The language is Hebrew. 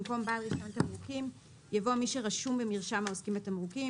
במקום "בעל רישיון תמרוקים" יבוא "מי שרשום במרשם העוסקים בתמרוקים"